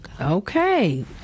Okay